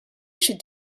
should